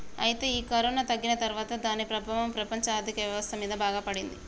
అయితే ఈ కరోనా తగ్గిన తర్వాత దాని ప్రభావం ప్రపంచ ఆర్థిక వ్యవస్థ మీద బాగా పడింది